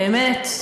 באמת,